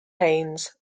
haines